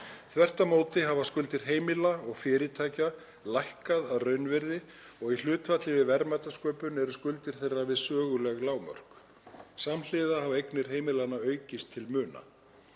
Þvert á móti hafa skuldir heimila og fyrirtækja lækkað að raunvirði og í hlutfalli við verðmætasköpun eru skuldir þeirra við söguleg lágmörk. Samhliða hafa eignir heimilanna aukist til muna.